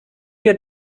wir